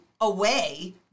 away